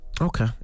Okay